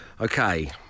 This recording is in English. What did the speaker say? Okay